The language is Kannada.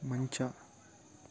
ಮಂಚ